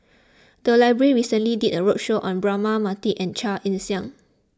the library recently did a roadshow on Braema Mathi and Chia Ann Siang